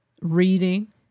Reading